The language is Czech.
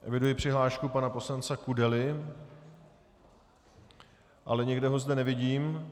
Eviduji přihlášku pana poslance Kudely, ale nikde ho zde nevidím.